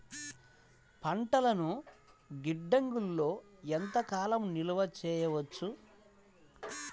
పంటలను గిడ్డంగిలలో ఎంత కాలం నిలవ చెయ్యవచ్చు?